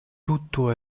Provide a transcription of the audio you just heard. tutto